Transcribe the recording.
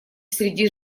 среди